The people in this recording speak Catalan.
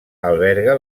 alberga